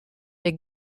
der